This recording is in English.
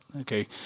Okay